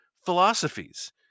philosophies